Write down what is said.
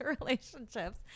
relationships